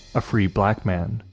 a free black man,